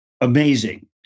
amazing